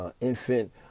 Infant